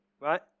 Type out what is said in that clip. right